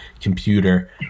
computer